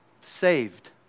saved